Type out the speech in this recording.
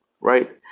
right